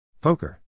Poker